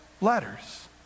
letters